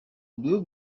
blue